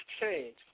change